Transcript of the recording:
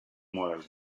moral